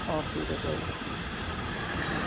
অ ঠিক আছে হ'ব দিয়ক অ ও ও